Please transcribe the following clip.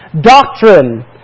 Doctrine